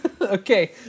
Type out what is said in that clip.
okay